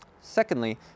Secondly